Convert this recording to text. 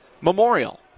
Memorial